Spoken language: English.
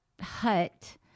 hut